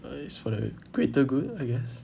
it's for the greater good I guess